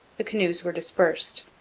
the canoes were dispersed,